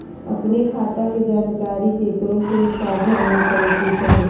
अपने खता के जानकारी केकरो से साझा नयय करे के चाही